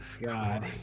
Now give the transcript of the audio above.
God